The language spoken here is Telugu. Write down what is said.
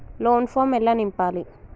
లోన్ ఫామ్ ఎలా నింపాలి?